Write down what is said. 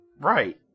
Right